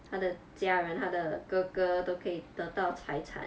她的家人她的哥哥都可以得到财产